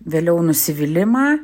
vėliau nusivylimą